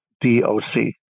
D-O-C